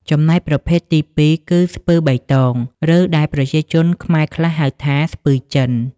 ចំណែកប្រភេទទីពីរគឺ ស្ពឺបៃតង ឬដែលប្រជាជនខ្មែរខ្លះហៅថា ស្ពឺចិន។